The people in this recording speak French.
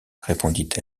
répondit